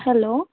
hello